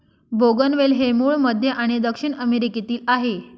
बोगनवेल हे मूळ मध्य आणि दक्षिण अमेरिकेतील आहे